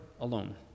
alone